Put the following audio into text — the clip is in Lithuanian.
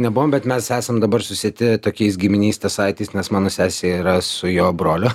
nebuvom bet mes esam dabar susieti tokiais giminystės saitais nes mano sesė yra su jo broliu